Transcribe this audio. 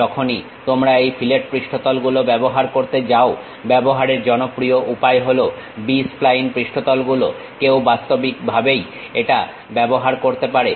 যখনই তোমরা এই ফিলেট পৃষ্ঠতল গুলো ব্যবহার করতে যাও ব্যবহারের জনপ্রিয় উপায় হলো B স্প্লাইন পৃষ্ঠতল গুলো কেউ বাস্তবিকভাবেই এটা ব্যবহার করতে পারে